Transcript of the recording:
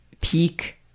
peak